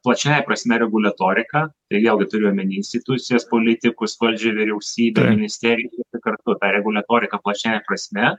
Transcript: plačiąja prasmę reguliaritorika tai vėlgi turiu omeny institucijas politikus valdžią vyriausybę ministerijas kartu tą reguliaritoriką plačiąja prasme